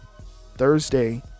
Thursday